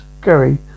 Gary